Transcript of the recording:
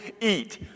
eat